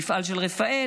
מפעל של רפא"ל,